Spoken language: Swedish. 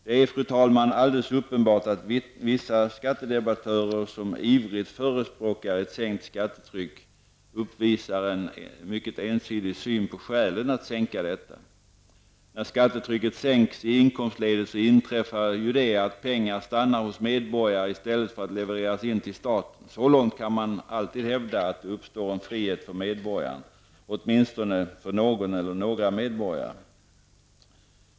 Det är, fru talman, alldeles uppenbart att vissa skattedebattörer som ivrigt förespråkar ett sänkt skattetryck uppvisar en mycket ensidig syn på skälen att sänka detta. När skattetrycket sänks i inkomstledet inträffar ju det, att pengar stannar hos medborgare i stället för att levereras in till staten. Så långt kan man alltid hävda att det uppstår en frihet för medborgarna -- åtminstone för någon eller några medborgare.